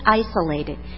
isolated